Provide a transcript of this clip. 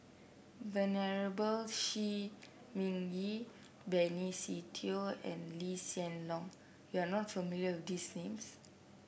Venerable Shi Ming Yi Benny Se Teo and Lee Hsien Loong you are not familiar with these names